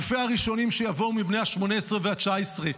אלפי הראשונים שיבואו מבני ה-18 וה-19,